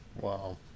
Wow